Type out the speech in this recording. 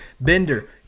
Bender